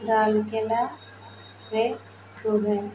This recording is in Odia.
ରାଉଲକେଲାରେ ରୁହେ